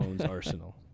Arsenal